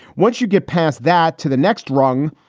once you get past that to the next rung,